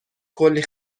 کلی